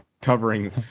covering